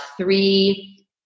three